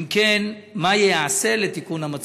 2. אם כן, מה ייעשה לתיקון המצב?